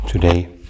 Today